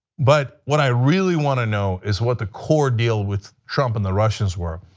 but what i really want to know is what the core deal with trump and the russians were,